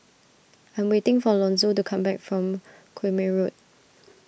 I am waiting for Lonzo to come back from Quemoy Road